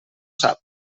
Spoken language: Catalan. sap